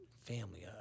family